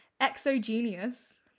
exogenous